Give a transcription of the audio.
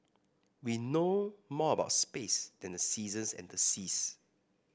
we know more about space than the seasons and the seas